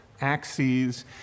axes